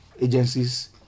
agencies